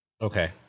Okay